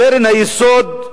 קרן היסוד,